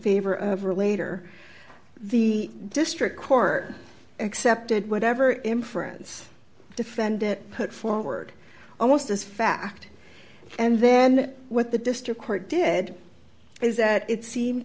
favor of or later the district court accepted whatever inference defend it put forward almost as fact and then what the district court did is that it seemed